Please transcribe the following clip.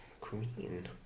green